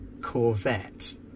corvette